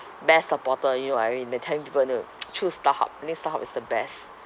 best supporter you know I mean like telling people to choose starhub I think starhub is the best